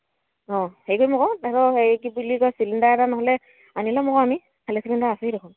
অঁ হেৰি কৰিম আকৌ সিহঁতৰ হেৰি কি বুলি কয় চিলিণ্ডাৰ এটা নহ'লে আনি ল'ম আকৌ আমি খালী চিলিণ্ডাৰ আছেই দেখোন